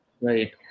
Right